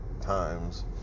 times